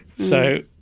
so,